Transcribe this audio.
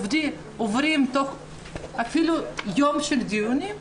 עוברים תוך יום של דיונים,